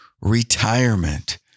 retirement